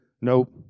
nope